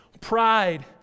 Pride